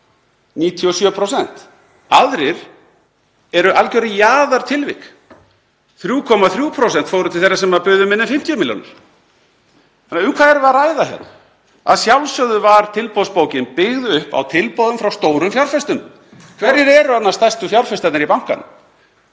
97%. Aðrir eru alger jaðartilvik, 3,3% fóru til þeirra sem buðu minna en 50 milljónir. Um hvað erum við þá að ræða hérna? Að sjálfsögðu var tilboðsbókin byggð upp á tilboðum frá stórum fjárfestum. Hverjir eru annars stærstu fjárfestarnir í bankanum?